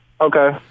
Okay